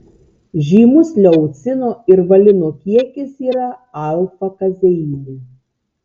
žymus leucino ir valino kiekis yra alfa kazeine